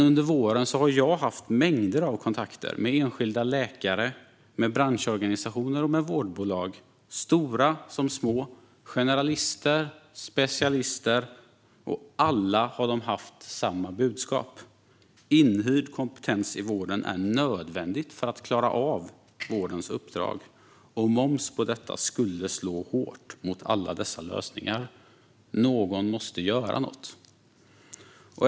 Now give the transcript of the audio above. Under våren har jag haft mängder av kontakter med enskilda läkare, med branschorganisationer och med vårdbolag, stora som små, generalister och specialister. Alla har haft samma budskap: Inhyrd kompetens i vården är nödvändigt för att klara av vårdens uppdrag, och moms på detta skulle slå hårt mot alla dessa lösningar. Någon måste göra något.